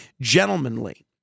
gentlemanly